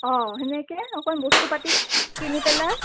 অঁ সেনেকে অকণ বস্তু পাতি কিনি পেলাই